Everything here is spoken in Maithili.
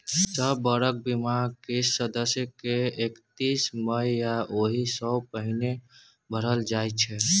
सब बरख बीमाक किस्त सदस्य के एकतीस मइ या ओहि सँ पहिने भरल जाइ छै